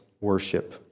worship